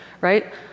right